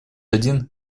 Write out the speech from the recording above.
один